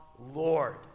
Lord